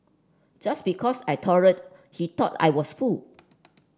just because I tolerated he thought I was fool